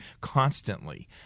constantly –